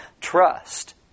Trust